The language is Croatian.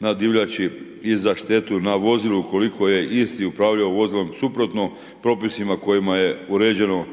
na divljači i za štetu na vozilu ukoliko je isti upravljao vozilom suprotno propisima kojima je uređeno